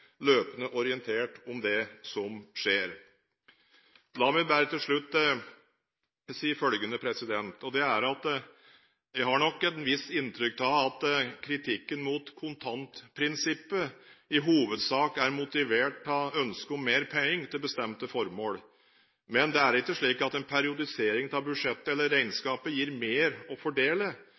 løpende orientert om det som skjer. La meg til slutt si følgende: Jeg har et visst inntrykk av at kritikken mot kontantprinsippet i hovedsak er motivert av ønsket om mer penger til bestemte formål. Men en periodisering av budsjettet eller regnskapet gir ikke mer å fordele.